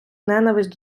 ненависть